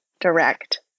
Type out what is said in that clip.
direct